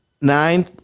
nine